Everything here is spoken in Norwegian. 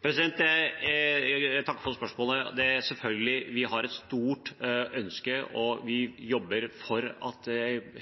Jeg takker for spørsmålet. Vi har selvfølgelig et stort ønske om og jobber for at